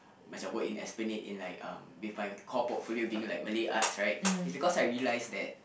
macam work in esplanade in like um with my core portfolio being like Malay arts right it's because I realise that